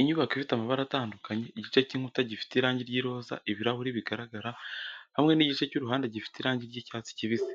Inyubako ifite amabara atandukanye igice cy’inkuta gifite irangi ry’iroza, ibirahuri bigaragara, hamwe n’igice cy’uruhande rufite irangi ry’icyatsi kibisi.